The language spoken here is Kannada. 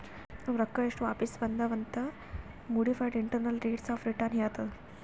ನಮ್ದು ರೊಕ್ಕಾ ಎಸ್ಟ್ ವಾಪಿಸ್ ಬಂದಾವ್ ಅಂತ್ modified internal rates of return ಹೇಳತ್ತುದ್